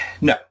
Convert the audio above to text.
no